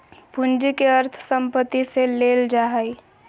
पूंजी के अर्थ संपत्ति से लेल जा हइ